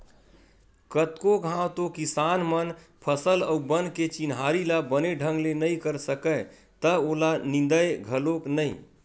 कतको घांव तो किसान मन फसल अउ बन के चिन्हारी ल बने ढंग ले नइ कर सकय त ओला निंदय घलोक नइ